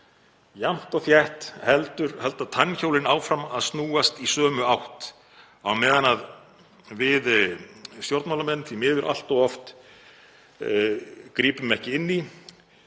jafnt og þétt halda tannhjólin áfram að snúast í sömu átt á meðan við stjórnmálamenn, því miður allt of oft, grípum ekki inn í